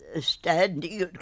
standing